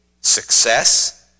success